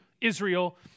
Israel